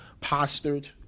postured